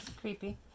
creepy